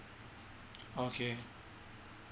okay